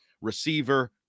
receiver